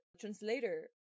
translator